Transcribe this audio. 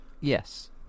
Yes